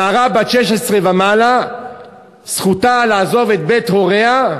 נערה בת 16 ומעלה, זכותה לעזוב את בית הוריה,